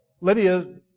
Lydia